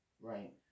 Right